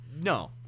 no